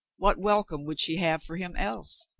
what welcome would she have for him else?